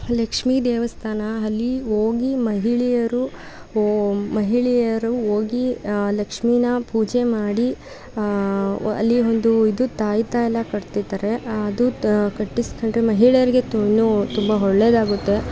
ಲಕ್ಷ್ಮಿ ದೇವಸ್ಥಾನ ಅಲ್ಲಿ ಹೋಗಿ ಮಹಿಳೆಯರು ಮಹಿಳೆಯರು ಹೋಗಿ ಲಕ್ಷ್ಮೀನ ಪೂಜೆ ಮಾಡಿ ಅಲ್ಲಿ ಒಂದು ಇದು ತಾಯ್ತ ಎಲ್ಲ ಕಟ್ತಿದ್ದಾರೆ ಅದು ಕಟ್ಟಿಸಿಕೊಂಡ್ರೆ ಮಹಿಳೆಯರಿಗೆ ತೊನೋ ತುಂಬ ಒಳ್ಳೆಯದಾಗುತ್ತೆ